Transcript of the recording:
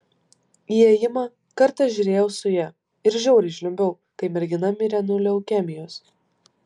įėjimą kartą žiūrėjau su ja ir žiauriai žliumbiau kai mergina mirė nuo leukemijos